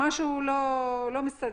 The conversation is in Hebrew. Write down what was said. זה לא מסתדר.